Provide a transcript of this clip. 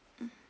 mm